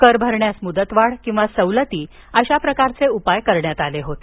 कर भरण्यास मुदतवाढ किवा सवलती अशा प्रकारचे उपाय करण्यात आले होते